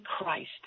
Christ